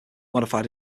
modified